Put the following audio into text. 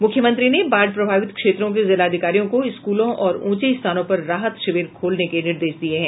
मुख्यमंत्री ने बाढ़ प्रभावित क्षेत्रों के जिलाधिकारियों को स्कूलों और ऊंचे स्थानों पर राहत शिविर खोलने के निर्देश दिये हैं